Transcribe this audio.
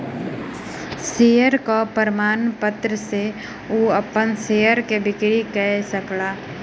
शेयरक प्रमाणपत्र सॅ ओ अपन शेयर के बिक्री कय सकला